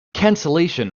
cancellation